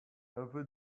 every